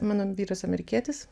mano vyras amerikietis